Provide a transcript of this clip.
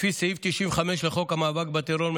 לפי סעיף 95 לחוק המאבק בטרור,